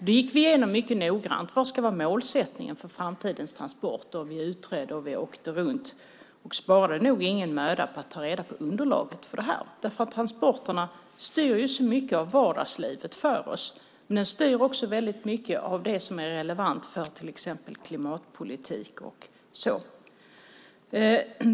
Vi gick igenom mycket noggrant vad som skulle vara målsättningen för framtidens transporter. Vi utredde och vi åkte runt. Vi sparade nog ingen möda när det gällde att ta reda på underlaget för det här. Transporterna styr ju så mycket av vardagslivet för oss, men de styr också väldigt mycket av det som är relevant för till exempel klimatpolitik och sådant.